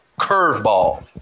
curveball